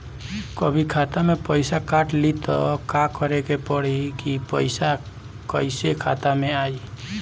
कभी खाता से पैसा काट लि त का करे के पड़ी कि पैसा कईसे खाता मे आई?